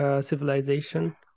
civilization